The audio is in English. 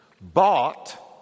bought